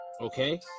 Okay